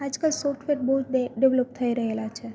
આજકાલ સોફ્ટવેર બહુ જ ડેવલપ થઈ રહેલા છે